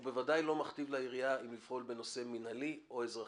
הוא בוודאי לא מכתיב לעירייה לפעול בנושא מנהלי או אזרחי.